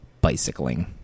bicycling